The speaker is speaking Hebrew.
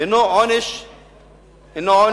הינו עונש קולקטיבי,